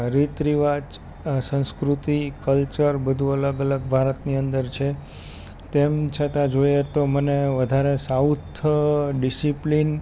રીત રિવાજ સંસ્કૃતિ કલ્ચર બધું અલગ અલગ ભારતની અંદર છે તેમ છતાં જોઈએ તો મને વધારે સાઉથ ડિસિપ્લિન